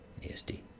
ASD